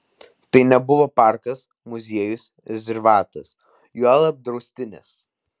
tai nebuvo parkas muziejus rezervatas juolab draustinis